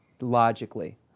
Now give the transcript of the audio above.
logically